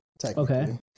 technically